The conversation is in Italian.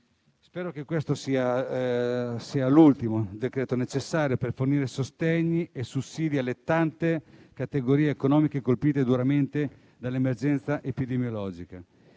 Spero che questo sia l'ultimo decreto-legge necessario per fornire sostegni e sussidi alle tante categorie economiche colpite duramente dall'emergenza epidemiologica.